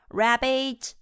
rabbit